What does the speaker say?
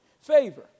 Favor